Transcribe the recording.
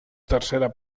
tercera